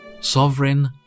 Sovereign